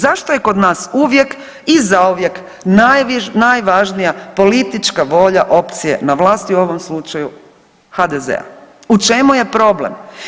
Zašto je kod nas uvijek i zauvijek najvažnija politička volja opcije na vlasti, u ovom slučaju HDZ-a, u čemu je problem?